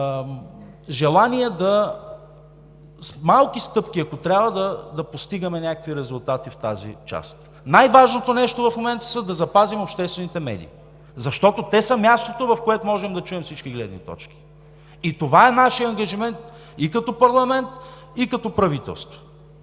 желание – с малки стъпки, ако трябва – да постигаме някакви резултати в тази част. Най-важното нещо в момента е да запазим обществените медии, защото те са мястото, в което можем да чуем всички гледни точки. И това е нашият ангажимент и като парламент, и като правителство.